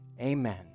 Amen